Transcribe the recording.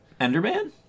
Enderman